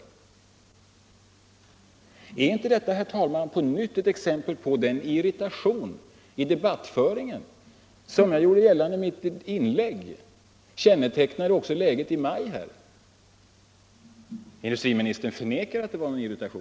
Är inte detta, herr talman, ett nytt exempel på den irritation i debattföringen som -— vilket jag gjorde gällande i mitt inlägg — kännetecknade också läget i maj? Industriministern förnekar att det rådde irritation.